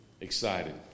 excited